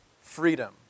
freedom